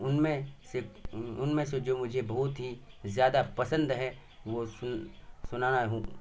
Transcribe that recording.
ان میں سے ان میں سے جو مجھے بہت ہی زیادہ پسند ہے وہ سن سنانا ہوں